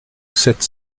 sept